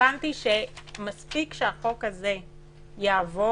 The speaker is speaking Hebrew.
הבנתי שמספיק שהחוק הזה יעבור.